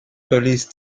police